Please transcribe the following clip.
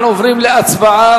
אנחנו עוברים להצבעה